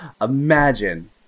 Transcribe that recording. Imagine